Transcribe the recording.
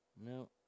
No